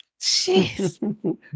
Jeez